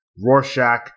Rorschach